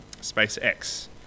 SpaceX